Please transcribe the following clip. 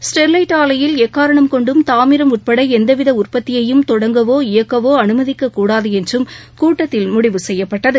Sterlite ஆலையில் எக்காரணம் கொண்டும் தாமிரம் உட்பட எந்தவித உற்பத்தியையும் தொடங்கவோ இயக்கவோ அனுமதிக்கக்கூடாது என்றும் கூட்டத்தில் முடிவு செய்யப்பட்டது